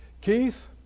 Keith